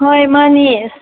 ꯍꯣꯏ ꯃꯥꯟꯅꯦ